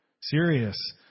serious